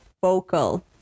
vocal